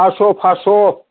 फासस' फासस'